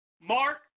Mark